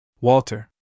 Walter